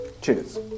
Cheers